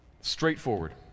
straightforward